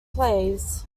plays